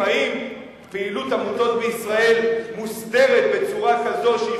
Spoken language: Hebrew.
אם פעילות עמותות בישראל מוסדרת בצורה כזאת שהיא